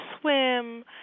swim